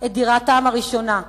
את דירתם הראשונה.